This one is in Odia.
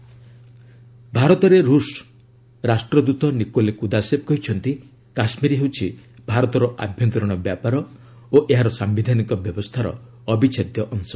ରଷିଆ ଇଣ୍ଡିଆ ଭାରତରେ ରୁଷ ରାଷ୍ଟ୍ରଦ୍ୱତ ନିକୋଲେ କୁଦାଶେବ କହିଛନ୍ତି କାଶ୍କୀର ହେଉଛି ଭାରତର ଆଭ୍ୟନ୍ତରିଣ ବ୍ୟାପାର ଓ ଏହାର ସାୟିଧାନିକ ବ୍ୟବସ୍ଥାର ଅବିଚ୍ଛେଦ୍ୟ ଅଂଶ